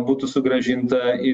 būtų sugrąžinta į